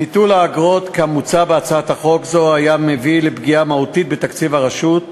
ביטול האגרות כמוצע בהצעת חוק זו היה מביא לפגיעה מהותית בתקציב הרשות,